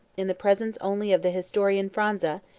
in the presence only of the historian phranza,